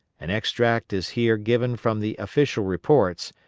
an extract is here given from the official reports,